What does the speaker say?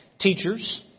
Teachers